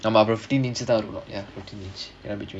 ஆமா:aamaa fifteen inch தான் இருக்கும்:thaan irukkum ya fifteen inch